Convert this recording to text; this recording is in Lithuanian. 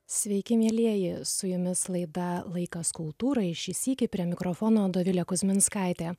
sveiki mielieji su jumis laida laikas kultūrai šį sykį prie mikrofono dovilė kuzminskaitė